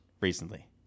recently